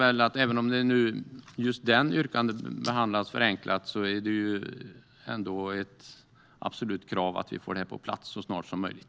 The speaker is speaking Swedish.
Även om just det yrkandet behandlas förenklat är det ett absolut krav att vi ska få detta på plats så snart som möjligt.